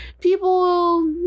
people